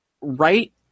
right